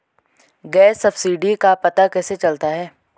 Gas subsidy का पता कैसे चलता है?